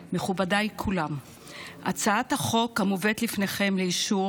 סדר-היום, הצעת חוק הגנת הצרכן (תיקון מס' 68)